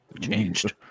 changed